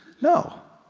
no,